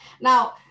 Now